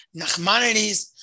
Nachmanides